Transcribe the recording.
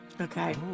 okay